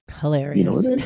Hilarious